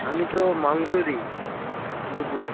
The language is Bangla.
আমি তো মাংস দিই দুপুরে